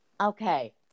Okay